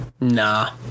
Nah